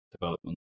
development